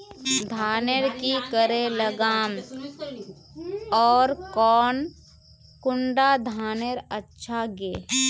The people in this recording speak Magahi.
धानेर की करे लगाम ओर कौन कुंडा धानेर अच्छा गे?